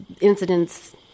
incidents